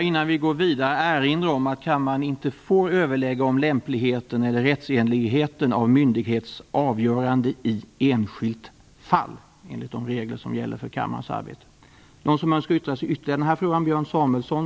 Innan vi går vidare vill jag erinra om att kammaren inte får överlägga om lämpligheten eller rättsenligheten av myndighets avgörande i enskilt fall, enligt de regler som gäller för kammarens arbete.